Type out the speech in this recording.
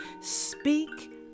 Speak